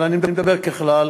אבל אני מדבר ככלל,